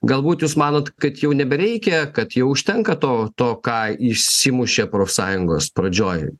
galbūt jūs manot kad jau nebereikia kad jau užtenka to to ką išsimušė profsąjungos pradžioj